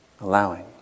allowing